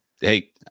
Hey